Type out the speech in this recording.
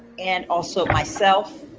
and also myself,